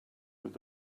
with